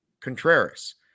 Contreras